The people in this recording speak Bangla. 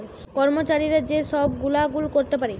কর্মচারীরা যে সব গুলা ভুল করতে পারে